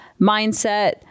mindset